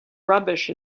rubbish